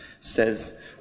says